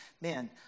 man